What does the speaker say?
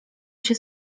się